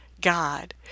God